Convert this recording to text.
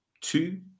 two